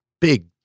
big